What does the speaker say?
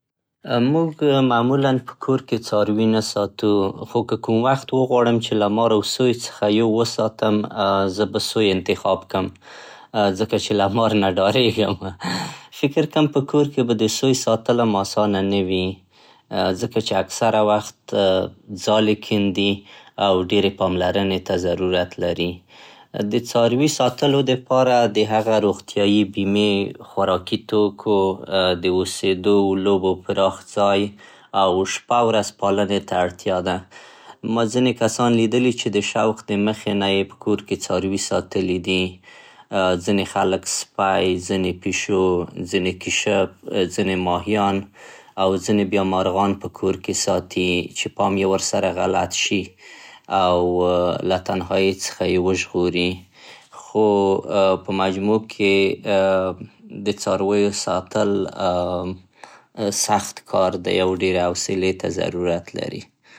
موږ معمولا په کور کې څاروي نه ساتو; خو که کوم وخت وغواړم چې له مار او سوی څخه يو وساتم, زه به سوی انتخاب کم ځکه چې له مار نه ډارېږم. فکر کم په کور کې به د سوی ساتل هم اسانه کار نه وي., ځکه چې اکثره وخت ځالې کيندي او ډېرې پاملرنې ته ضرورت لري. د څاروي ساتلو لپاره د هغه روغتيايي بيمې, خوراکي توکو, د اوسېدو او لوبو پراخ ځای او شپه ورځ پالنې ته اړتيا ده. ما ځينې کسان ليدلي چې د شوق د مخې نه يې په کور کې څاروي ساتلي وي. ځينې خلک سپی, ځينې پيشو, ځينې کيشپ, ځينې ماهيان او ځينې بيا مارغان په کور کې ساتي, چې پام يې ورسره غلط شي او تنهايۍ څخه يې وژغوري. خو په مجموع کې د څارويو ساتل سخت کار دی او ډېرې حوصلې ته ضرورت لري.